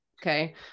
okay